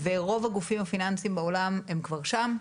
וברוב הגופים הפיננסיים בעולם הם כבר שם,